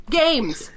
games